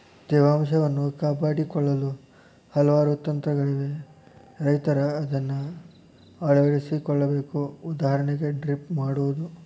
ತೇವಾಂಶವನ್ನು ಕಾಪಾಡಿಕೊಳ್ಳಲು ಹಲವಾರು ತಂತ್ರಗಳಿವೆ ರೈತರ ಅದನ್ನಾ ಅಳವಡಿಸಿ ಕೊಳ್ಳಬೇಕು ಉದಾಹರಣೆಗೆ ಡ್ರಿಪ್ ಮಾಡುವುದು